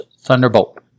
Thunderbolt